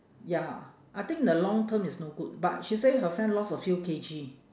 ya I think in the long term is no good but she say her friend lost a few K_G